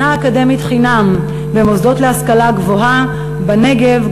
שנה אקדמית חינם במוסדות להשכלה גבוהה בנגב,